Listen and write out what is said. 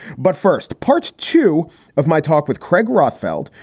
but first part two of my talk with craig rothfeld,